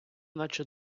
наче